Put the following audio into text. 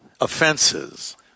offenses